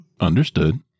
Understood